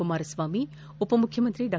ಕುಮಾರಸ್ವಾಮಿ ಉಪಮುಖ್ಯಮಂತ್ರಿ ಡಾ